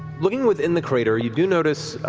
looking within the crater, you do notice,